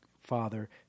Father